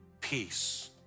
peace